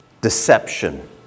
deception